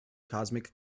cosmic